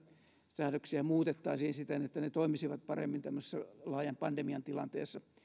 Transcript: säädöksiä muutettaisiin siten että ne toimisivat paremmin tämmöisessä laajan pandemian tilanteessa